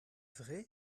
vrai